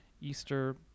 easter